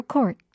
Court